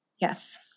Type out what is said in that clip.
Yes